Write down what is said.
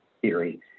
theory